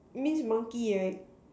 means monkey right